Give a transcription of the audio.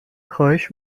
خواهش